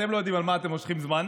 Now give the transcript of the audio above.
אתם לא יודעים על מה אתם מושכים זמן.